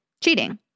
cheating